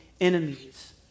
enemies